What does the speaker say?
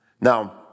Now